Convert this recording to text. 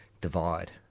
divide